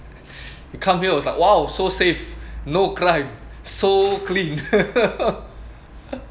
I come here was like !wow! so safe no crime so clean